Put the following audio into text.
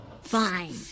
Fine